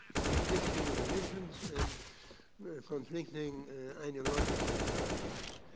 conflicting religions and conflicting ideological parties.